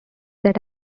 that